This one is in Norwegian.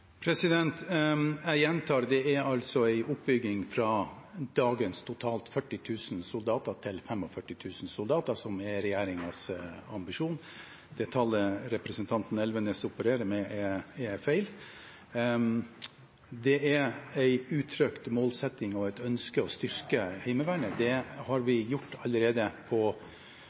Jeg gjentar: Det er en oppbygging fra dagens totalt 40 000 soldater til 45 000 soldater som er regjeringens ambisjon. Det tallet representanten Elvenes opererer med, er feil. Det er en uttrykt målsetting og et ønske å styrke Heimevernet. Det har vi gjort allerede